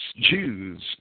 Jews